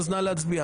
נא להצביע.